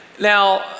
Now